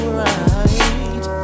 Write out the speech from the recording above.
right